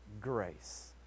grace